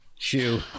shoe